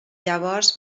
llavors